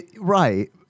Right